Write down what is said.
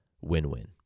win-win